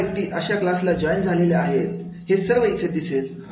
ज्या व्यक्ती अशा क्लासला जॉईन झालेले आहेत हे सर्व इथे दिसेल